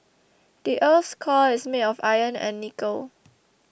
the earth's core is made of iron and nickel